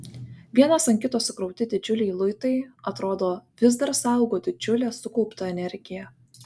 vienas ant kito sukrauti didžiuliai luitai atrodo vis dar saugo didžiulę sukauptą energiją